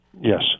Yes